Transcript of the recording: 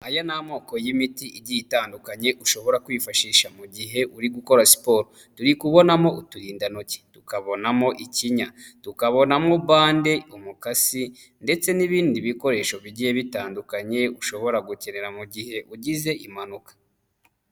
Aya ni amoko y'imiti igiye itandukanye ushobora kwifashisha mu gihe uri gukora siporo, turi kubonamo uturindantoki, tukabonamo ikinya, tukabonamo bande, umukasi ndetse n'ibindi bikoresho bigiye bitandukanye ushobora gukenera mu gihe ugize impanuka.